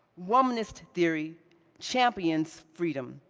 womanist theory champions freedom,